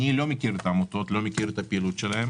איני מכיר את העמותות ואת הפעילות שלהן